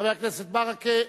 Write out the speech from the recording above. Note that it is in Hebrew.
חבר הכנסת ברכה,